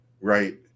right